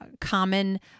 common